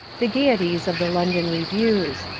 the gaieties of the london revues.